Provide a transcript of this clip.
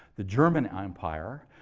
the german empire,